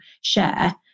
share